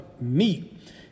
meat